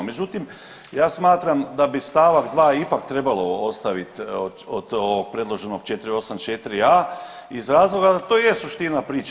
Međutim, ja smatram da bi stavak 2. ipak trebalo ostaviti od ovog predloženog 484a. iz razloga to je suština priče.